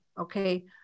okay